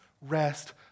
Rest